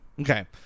Okay